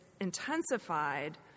intensified